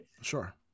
Sure